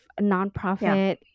nonprofit